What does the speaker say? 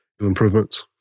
improvements